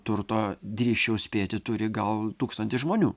turto drįsčiau spėti turi gal tūkstantis žmonių